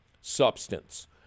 substance